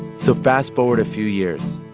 so fast-forward a few years.